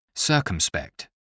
Circumspect